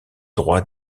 droits